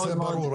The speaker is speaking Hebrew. בסדר גמור,